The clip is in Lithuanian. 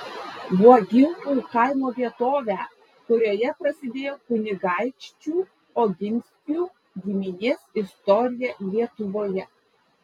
uogintų kaimo vietovę kurioje prasidėjo kunigaikščių oginskių giminės istorija lietuvoje